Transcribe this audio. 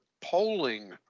polling